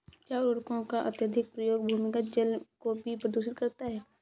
क्या उर्वरकों का अत्यधिक प्रयोग भूमिगत जल को भी प्रदूषित करता है?